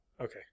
Okay